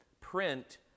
print